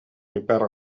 piper